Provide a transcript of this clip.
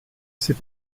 sait